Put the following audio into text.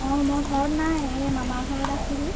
অঁ মই ঘৰত নাই এ মামা ঘৰত আছোঁহি